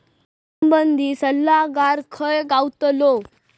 शेती संबंधित सल्लागार खय गावतलो?